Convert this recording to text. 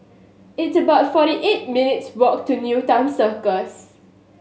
it's about forty eight minutes' walk to Newton Circus